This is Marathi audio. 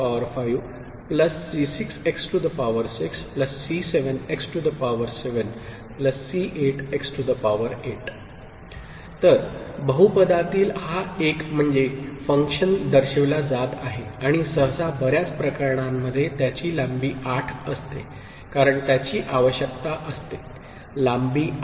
f 1 C1x1 C2x2 C3x3 C4x4 C5x5 C6x6 C7x7 C8x8 तर बहुपदा तील हा 1 म्हणजे फंक्शन दर्शविला जात आहे आणि सहसा बर्याच प्रकरणांमध्ये त्याची लांबी 8 असते कारण त्याची आवश्यकता असते लांबी 8